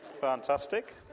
fantastic